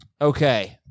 Okay